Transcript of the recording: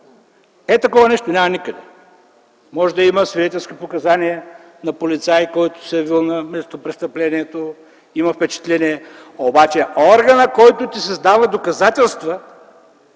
Ето такова нещо няма никъде. Може да има свидетелски показания на полицай, който се е явил на местопрестъплението – той има впечатления, обаче органът, който ти създава доказателства,